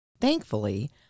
Thankfully